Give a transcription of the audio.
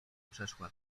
przeszła